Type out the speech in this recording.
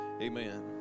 Amen